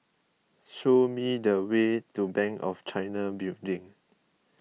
show me the way to Bank of China Building